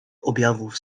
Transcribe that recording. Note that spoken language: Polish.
objawów